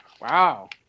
Wow